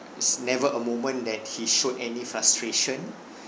is never a moment that he showed any frustration